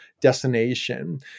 destination